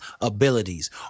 abilities